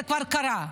זה כבר קרה,